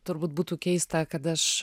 turbūt būtų keista kad aš